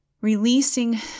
Releasing